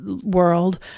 world